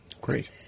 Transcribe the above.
Great